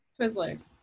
Twizzlers